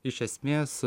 iš esmės